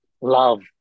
love